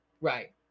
right